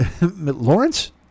Lawrence